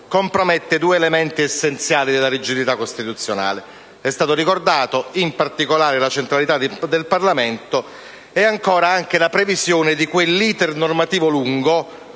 compromette due elementi essenziali della rigidità costituzionale. Sono state ricordate in particolare la centralità del Parlamento e, ancora, la previsione di quell'*iter* normativo lungo,